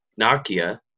Nakia